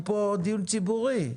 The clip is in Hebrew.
אנחנו פה בדיון ציבורי.